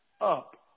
up